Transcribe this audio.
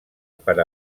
per